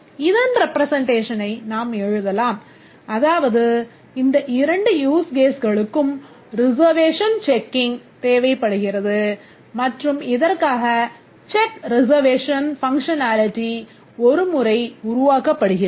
இதன் representation ஐ நாம் எழுதலாம் அதாவது இந்த இரண்டு use caseகளுக்கும் reservation checking தேவைப்படுகிறது மற்றும் இதற்காக check reservation செயல்பாடு ஒருமுறை உருவாக்கப்படுகிறது